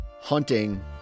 hunting